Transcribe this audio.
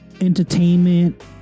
entertainment